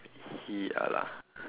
ya lah